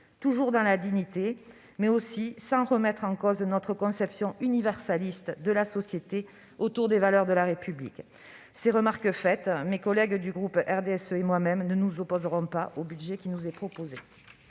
toujours dans la dignité, mais aussi sans remettre en cause notre conception universaliste de la société autour des valeurs de la République. Ces remarques faites, mes collègues du groupe du RDSE et moi-même ne nous opposerons pas au budget qui nous est proposé.